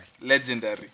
Legendary